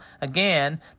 Again